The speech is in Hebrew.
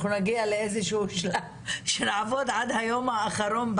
אנחנו נגיע לאיזשהו שלב שנעבוד עד היום האחרון.